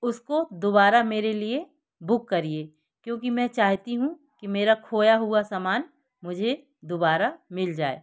उसको दोबारा मेरे लिए बुक करिए क्योंकि मैं चाहती हूँ कि मेरा खोया हुआ सामान मुझे दोबारा मिल जाए